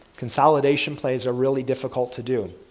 consolidation plays are really difficult to do.